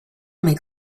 make